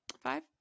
Five